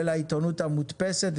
העיתונות המודפסת,